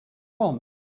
want